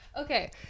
Okay